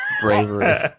bravery